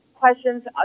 questions